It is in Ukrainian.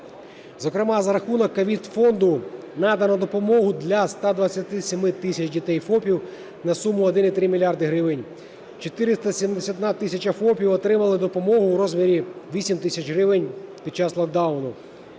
Зокрема, за рахунок ковідфонду надано допомогу для 127 тисячам дітей ФОПів на суму 1,3 мільярда гривень. 471 тисяча ФОПів отримали допомогу в розмірі 8 тисяч гривень під час локдауну.